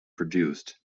produced